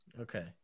Okay